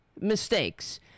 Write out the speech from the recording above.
mistakes